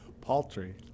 Paltry